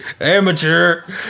Amateur